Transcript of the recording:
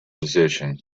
position